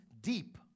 deep